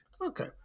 Okay